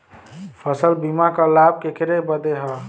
फसल बीमा क लाभ केकरे बदे ह?